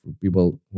people